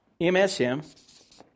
MSM